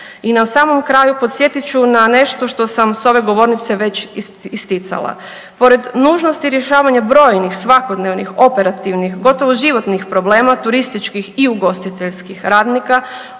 I na samom kraju podsjetit ću na nešto što sam s ove govornice već isticala. Pored nužnosti rješavanja brojnih, svakodnevnih operativnih gotovo životnih problema turističkih i ugostiteljskih radnika